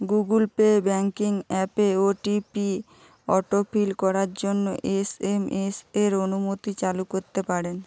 Google Pay banking অ্যাপে OTP autofill করার জন্য এসএমএস এর অনুমতি চালু করতে পারেন